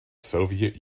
soviet